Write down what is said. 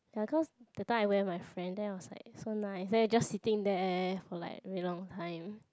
ya cause the time I went my friend then I was like so nice then you just sitting there for like very long time